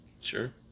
Sure